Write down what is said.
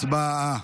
הצבעה.